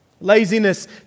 Laziness